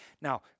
Now